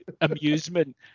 amusement